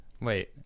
Wait